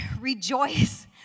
rejoice